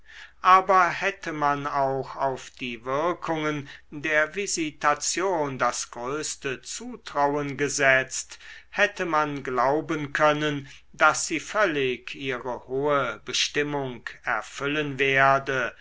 aber hätte man auch auf die wirkungen der visitation das größte zutrauen gesetzt hätte man glauben können daß sie völlig ihre hohe bestimmung erfüllen werde